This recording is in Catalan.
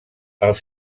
els